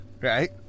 right